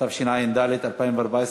התשע"ד 2014,